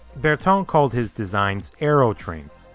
bertin um called his designs aerotrains.